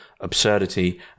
absurdity